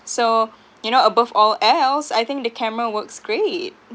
so you know above all else I think the camera works great